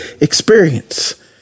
experience